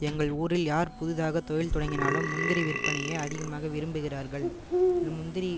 எங்கள் ஊரில் யார் புதிதாக தொழில் தொடங்கினாலும் முந்திரி விற்பனையே அதிகமாக விரும்புகிறார்கள் முந்திரி